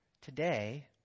today